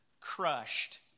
crushed